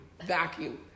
Vacuum